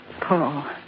Paul